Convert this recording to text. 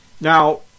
Now